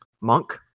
Monk